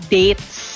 dates